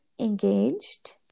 engaged